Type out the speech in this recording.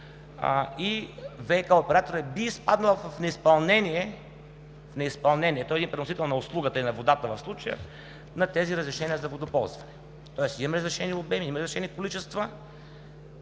и ВиК операторът би изпаднал в неизпълнение. Той е един преносител на услугата и на водата в случая на тези разрешения за водоползване, тоест има разрешени обеми, има разрешени количества.